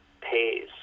pays